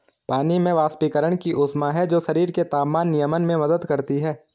पानी में वाष्पीकरण की ऊष्मा है जो शरीर के तापमान नियमन में मदद करती है